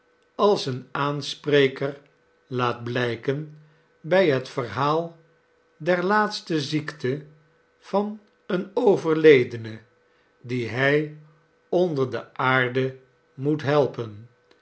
als een aanspreker laat blijken bij het verhaal der laatste ziekte van een overledene dien hij onder de aarde moet helpen